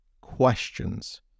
questions